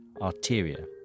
arteria